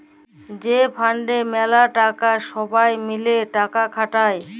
যে ফাল্ডে ম্যালা টাকা ছবাই মিলে টাকা খাটায়